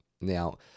Now